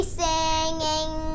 singing